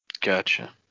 Gotcha